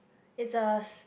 is us